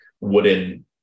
wooden